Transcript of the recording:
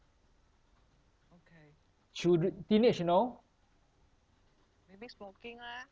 childre~ teenage you know